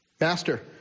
Master